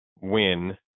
win